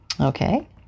Okay